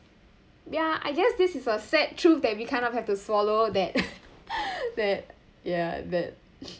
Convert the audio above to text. ya I guess this is a sad truth that we kinda have to swallow that that ya that